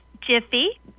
Jiffy